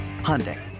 Hyundai